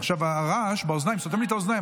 הרעש באוזניים סותם לי באוזניים,